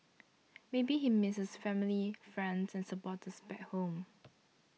maybe he misses his family friends and supporters back home